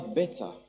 better